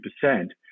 percent